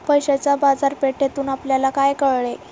पैशाच्या बाजारपेठेतून आपल्याला काय कळले?